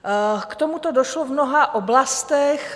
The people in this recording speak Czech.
K tomuto došlo v mnoha oblastech.